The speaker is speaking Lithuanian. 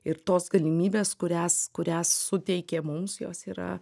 ir tos galimybės kurias kurias suteikė mums jos yra